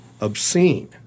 obscene